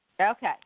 Okay